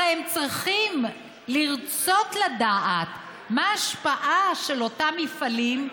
הרי הם צריכים לרצות לדעת מה ההשפעה של אותם מפעלים,